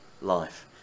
life